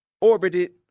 orbited